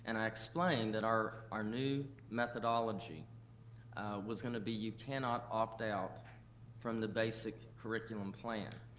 and i explained that our our new methodology was gonna be, you cannot opt out from the basic curriculum plan.